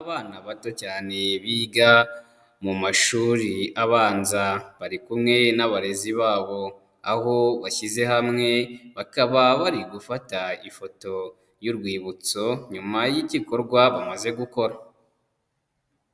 Abana bato cyane biga mu mashuri abanza, bari kumwe n'abarezi babo, aho bashyize hamwe bakaba bari gufata ifoto y'urwibutso, nyuma y'igikorwa bamaze gukora.